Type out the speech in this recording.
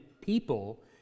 people